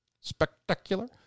Spectacular